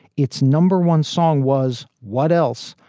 its number one song was what else?